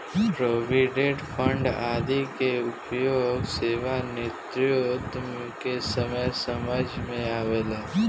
provident fund आदि के उपयोग सेवानिवृत्ति के समय समझ में आवेला